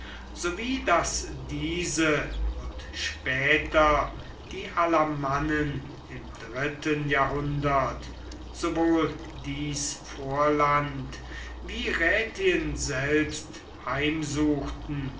sowie daß diese und später die alamannen im dritten jahrhundert sowohl dies vorland wie rätien selbst heimsuchten